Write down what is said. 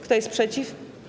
Kto jest przeciw?